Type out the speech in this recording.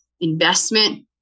investment